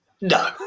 No